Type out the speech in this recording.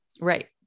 Right